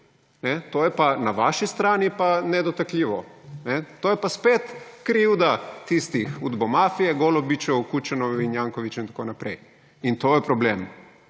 To je pa na vaši strani in je nedotakljivo. To je pa spet krivda udbomafije, golobičev, kučanov, jankovićev in tako naprej. In to je problem.